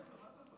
מה אתה דואג?